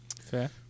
Fair